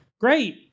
great